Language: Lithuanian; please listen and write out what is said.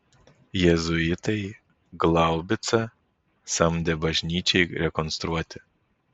jėzuitai glaubicą samdė bažnyčiai rekonstruoti